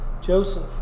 Joseph